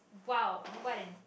!wow! what an